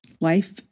life